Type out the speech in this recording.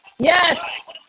Yes